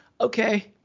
okay